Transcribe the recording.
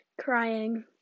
Crying